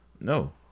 No